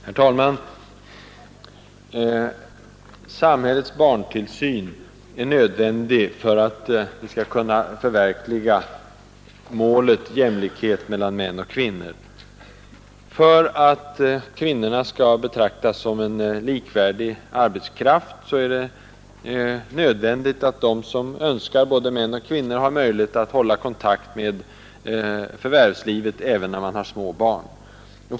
Herr talman! Samhällets barntillsyn är nödvändig för att vi skall kunna förverkliga målet jämlikhet mellan män och kvinnor. För att kvinnorna skall betraktas som en likvärdig arbetskraft är det nödvändigt att de som önskar, både män och kvinnor, har möjlighet att hålla kontakt med förvärvslivet även när man har små barn.